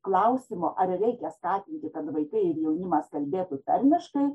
klausimo ar reikia skatinti kad vaikai ir jaunimas kalbėtų tarmiškai